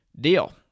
deal